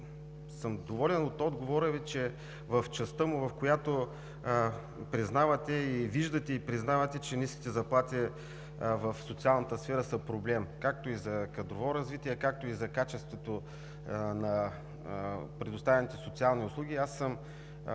Доволен от отговора Ви в частта му, в която признавате – и виждате, и признавате, че ниските заплати в социалната сфера са проблем, както и за кадрово развитие, както и за качеството на предоставяните социални услуги.